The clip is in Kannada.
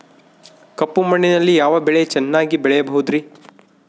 ಕಪ್ಪು ಮಣ್ಣಿನಲ್ಲಿ ಯಾವ ಬೆಳೆ ಚೆನ್ನಾಗಿ ಬೆಳೆಯಬಹುದ್ರಿ?